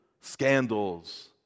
scandals